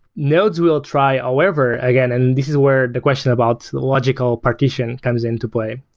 nodes will try however again, and this is where the question about the logical partition comes into play.